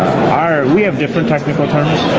ah we have different technical terms.